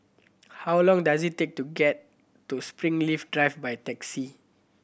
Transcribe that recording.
how long does it take to get to Springleaf Drive by taxi